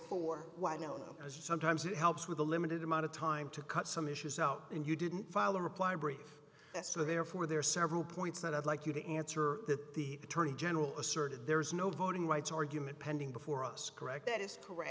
for why no as sometimes it helps with a limited amount of time to cut some issues out and you didn't file a reply brief so therefore there are several points that i'd like you to answer that the attorney general asserted there is no voting rights argument pending before us correct that is correct